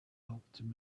helped